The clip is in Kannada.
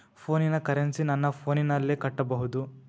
ಫೋನಿನ ಕರೆನ್ಸಿ ನನ್ನ ಫೋನಿನಲ್ಲೇ ಕಟ್ಟಬಹುದು?